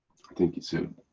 i think he said,